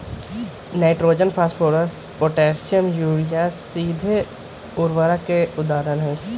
nitrogen, phosphorus, potassium, urea सीधे उर्वरक के उदाहरण हई